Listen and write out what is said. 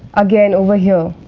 again over here,